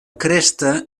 cresta